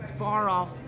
far-off